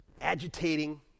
agitating